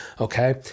okay